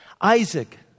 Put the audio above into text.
Isaac